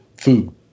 food